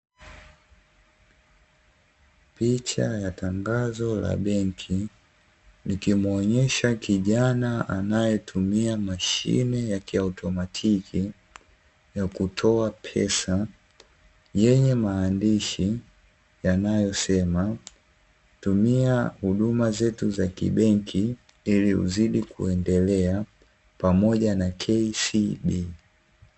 Picha ya tangazo la benki likimuonyesha kijana anayetumia mashine ya kiautomatiki ya kutoa pesa. Juu yake kuna maandishi yanayosema. "Tumia huduma zetu za kibenki ili uzidi kuendelea, pamoja na KCB".